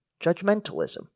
judgmentalism